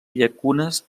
llacunes